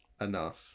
enough